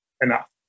enough